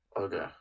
Okay